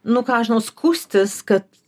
nu ką aš žinau skųstis kad